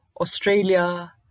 Australia